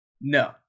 No